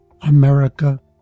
America